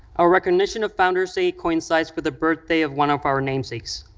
our recognition of founders day coincides with the birthday of one of our namesakes,